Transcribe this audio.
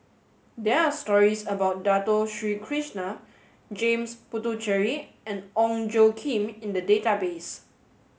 there are stories about Dato Sri Krishna James Puthucheary and Ong Tjoe Kim in the database